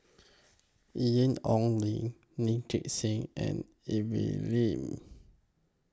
Ian Ong Li Lee Gek Seng and Evelyn Lip